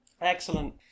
Excellent